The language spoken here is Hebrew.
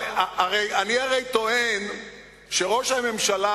אני הרי טוען שראש הממשלה,